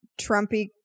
Trumpy